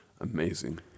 Amazing